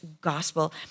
gospel